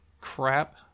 crap